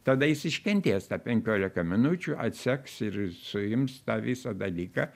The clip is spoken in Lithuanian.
tada jis iškentės tą penkioliką minučių atseks ir suims tą visą dalyką